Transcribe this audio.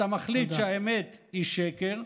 אתה מחליט שהאמת היא שקר,